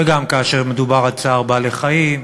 וגם כאשר מדובר על צער בעלי-חיים,